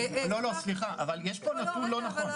לא, סליחה, יש פה נתון לא נכון.